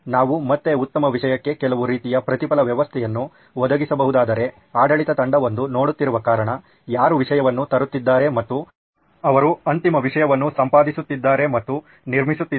ನಾವು ಮತ್ತೆ ಉತ್ತಮ ವಿಷಯಕ್ಕೆ ಕೆಲವು ರೀತಿಯ ಪ್ರತಿಫಲ ವ್ಯವಸ್ಥೆಯನ್ನು ಒದಗಿಸಬಹುದಾದರೆ ಆಡಳಿತ ತಂಡವೊಂದು ನೋಡುತ್ತಿರುವ ಕಾರಣ ಯಾರು ವಿಷಯವನ್ನು ತರುತ್ತಿದ್ದಾರೆ ಮತ್ತು ಅವರು ಅಂತಿಮ ವಿಷಯವನ್ನು ಸಂಪಾದಿಸುತ್ತಿದ್ದಾರೆ ಮತ್ತು ನಿರ್ಮಿಸುತ್ತಿದ್ದಾರೆ